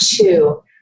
two